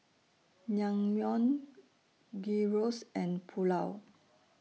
Naengmyeon Gyros and Pulao